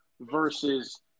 versus